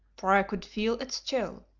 for i could feel its chill,